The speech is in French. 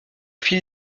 fil